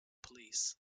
police